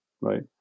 right